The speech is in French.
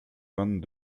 vingt